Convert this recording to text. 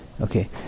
Okay